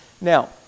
Now